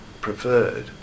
preferred